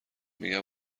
میگم